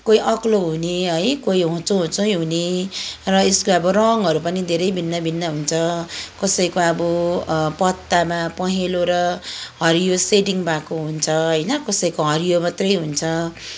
कोही अग्लो हुने है कोही होचो होचै हुने र यसको अब रङहरू पनि धेरै भिन्नभिन्न हुन्छ कसैको अब पत्तामा पहेँलो र हरियो सेडिङ भएको हुन्छ होइन कसैको हरियो मात्रै हुन्छ